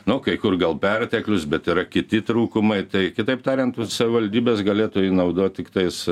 nu kai kur gal perteklius bet yra kiti trūkumai tai kitaip tariant savivaldybės galėtų jį naudot tiktais